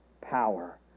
power